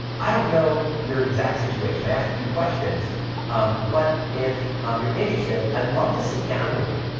i don't know your exact situation. i asked a few questions but if you're interested, i'd love to sit down with you.